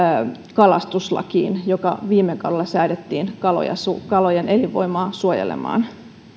kalastuslakiin joka viime kaudella säädettiin kalojen elinvoimaa suojelemaan